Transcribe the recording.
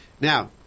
now